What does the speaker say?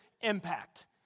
impact